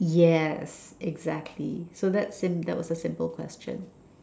yes exactly so that sim~ that was a simple question